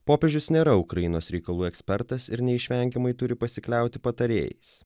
popiežius nėra ukrainos reikalų ekspertas ir neišvengiamai turi pasikliauti patarėjais